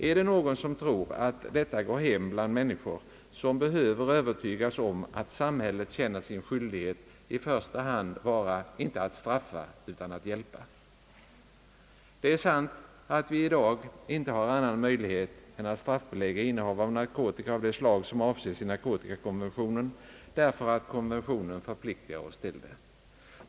är det någon som tror att detta går hem bland människor som behöver övertygas om att samhället känner sin skyldighet i första hand vara inte att straffa utan att hjälpa? Det är sant att vi i dag inte har annan möjlighet än att straffbelägga innehav av narkotika av de slag som avses i narkotikakonventionen, därför att konventionen förpliktar oss till det.